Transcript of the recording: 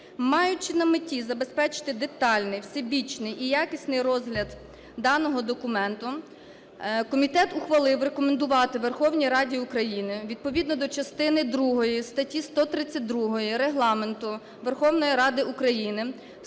маючи на меті забезпечити детальний, всебічний і якісний розгляд даного документу, комітет ухвалив рекомендувати Верховній Раді України відповідно до частини другої статті 132 Регламенту Верховної Ради України